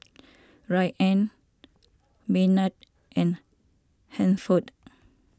Rayna Maynard and Hansford